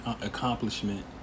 accomplishment